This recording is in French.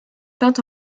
peinte